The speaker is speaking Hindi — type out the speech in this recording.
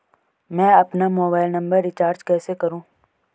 मैं अपना मोबाइल रिचार्ज कैसे करूँ?